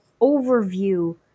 overview